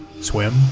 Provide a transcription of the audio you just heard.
swim